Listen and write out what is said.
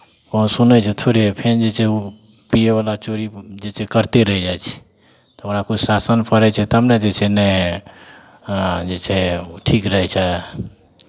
कोनो सुनै छै थोड़े फेर जे छै ओ पियैवला चोरी जे छै करिते रहि जाइ छै तऽ ओकरा कोइ शासन पड़ै छै तब ने जे छै ने जे छै ठीक रहै छै